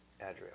Adria